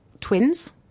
twins